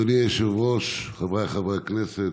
אדוני היושב-ראש, חבריי חברי הכנסת,